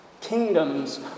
Kingdoms